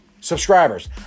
subscribers